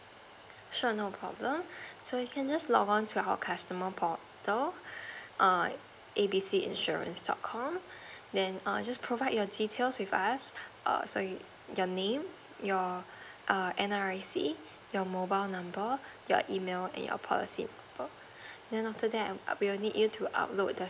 sure no problem so you can just log on to our customer portal err A B C insurance dot com then err just provide your details with us err so your name your err N_R_I_C your mobile number your email and your policy number then after that we would need you to upload the